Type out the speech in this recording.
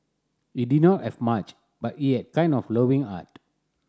he did not have much but he had kind and loving heart